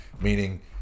Meaning